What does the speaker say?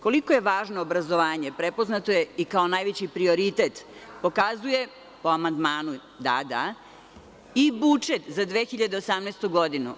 Koliko je važno obrazovanje, prepoznato je i kao najveći prioritet, pokazuje i budžet za 2018. godinu.